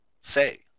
say